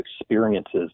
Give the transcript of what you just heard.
experiences